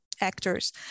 actors